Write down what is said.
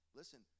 listen